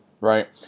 right